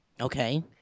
Okay